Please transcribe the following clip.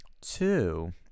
Two